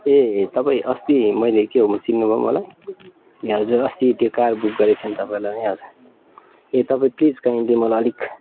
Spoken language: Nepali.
ए तपाईँ अस्ति मैले क्या हौ चिन्नु भयो मलाई ए हजुर अस्ति त्यो कार बुक गरेको थिएँ नि तपाईँलाई नै ए तपाईँ प्लिज काइन्डली मलाई अलिक